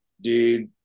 dude